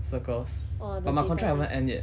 circles but my contract haven't end yet